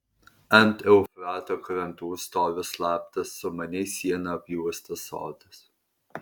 ant eufrato krantų stovi slaptas sumaniai siena apjuostas sodas